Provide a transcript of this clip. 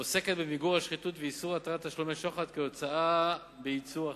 עוסקת במיגור השחיתות ובאיסור התרת תשלומי שוחד כהוצאה בייצור הכנסה.